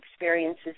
experiences